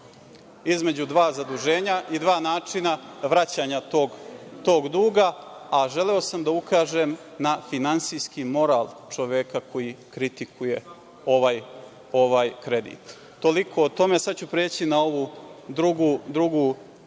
između dva zaduženja i dva načina vraćanja tog duga, a želeo sam da ukažem na finansijski moral čoveka koji kritikuje ovaj kredit. Toliko o tome, a sada će preći na drugu